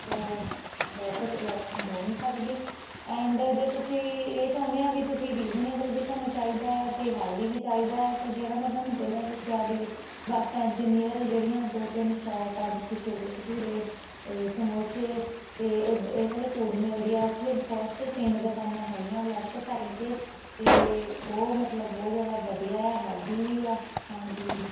ਤੋਂ ਬੈਟਰ ਕੋਈ ਆਪਸ਼ਨ ਹੋ ਨਹੀਂ ਸਕਦੀ ਐਂਡ ਜੇ ਤੁਸੀਂ ਇਹ ਚਾਹੁੰਦੇ ਆ ਵੀ ਤੁਸੀਂ ਰੀਜਨਏਬਲ ਵੀ ਤੁਹਾਨੂੰ ਚਾਹੀਦਾ ਆ ਅਤੇ ਹੈਲਦੀ ਵੀ ਚਾਹੀਦਾ ਆ ਤਾਂ ਜਿਹੜਾ ਮੈਂ ਤੁਹਾਨੂੰ ਪਹਿਲਾਂ ਦੱਸਿਆ ਵੀ ਬੱਸ ਸਟੈਂਡ ਦੇ ਨੀਅਰ ਜਿਹੜੀਆਂ ਦੋ ਤਿੰਨ ਸ਼ੌਪ ਆ ਜਿੱਥੇ ਛੋਲੇ ਭਟੂਰੇ ਸਮੋਸੇ ਅਤੇ ਇਹ ਇਹ ਵਾਲੇ ਫੂਡ ਮਿਲਦੇ ਆ ਉੱਥੇ ਫਸਟ ਤਿੰਨ ਦੁਕਾਨਾਂ ਹੈਗੀਆਂ ਲੈਫਟ ਸਾਈਡ 'ਤੇ ਤੇ ਉਹ ਮਤਲਬ ਬਹੁਤ ਜ਼ਿਆਦਾ ਵਧੀਆ ਆ ਹੈਲਦੀ ਵੀ ਆ ਖਾਣ ਦੇ ਲਈ